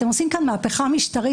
אתם עושים כאן מהפכה משטרית.